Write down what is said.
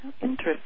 Interesting